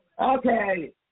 Okay